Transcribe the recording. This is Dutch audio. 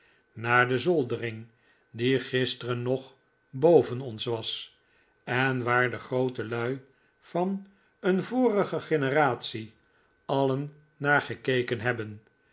naar de zoldering die gisteren nog boven ons was en waar de grootelui van een vorige generatie alien naar gekeken hebben